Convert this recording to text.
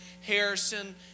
Harrison